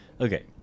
okay